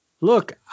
look